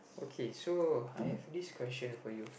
okay so I have this question for you